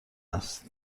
است